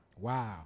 Wow